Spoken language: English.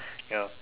ya